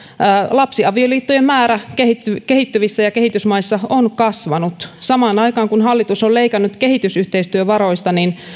lapsiavioliittojen määrä kehittyvissä kehittyvissä ja kehitysmaissa on kasvanut samaan aikaan kun hallitus on leikannut kehitysyhteistyövaroista